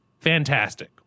Fantastic